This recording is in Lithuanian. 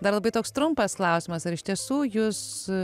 dar labai toks trumpas klausimas ar iš tiesų jus